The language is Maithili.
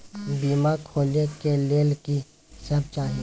बीमा खोले के लेल की सब चाही?